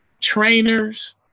trainers